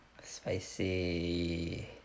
Spicy